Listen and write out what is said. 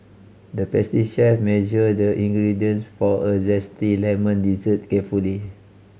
the chef measured the ingredients for a zesty lemon dessert carefully